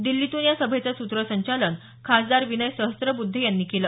दिल्लीतून या सभेचे सूत्रसंचालन खासदार विनय सहस्त्रबुद्धे यांनी केलं